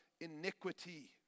iniquity